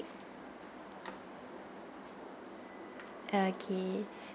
okay